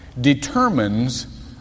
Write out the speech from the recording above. determines